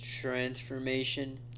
transformation